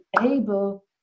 able